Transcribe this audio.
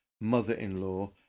mother-in-law